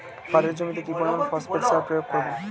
পাটের জমিতে কি পরিমান ফসফেট সার প্রয়োগ করব?